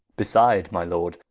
beside my lord,